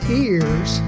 ears